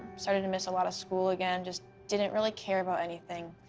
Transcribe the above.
started to miss a lot of school again, just didn't really care about anything.